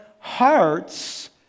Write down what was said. Hearts